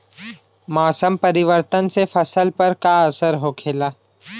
मौसम परिवर्तन से फसल पर का असर होखेला?